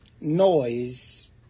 Noise